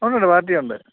ഉണ്ടുണ്ട് പാർട്ടി ഉണ്ട്